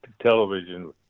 television